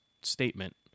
statement